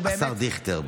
השר דיכטר,